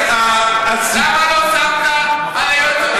למה לא שמת על היועץ המשפטי,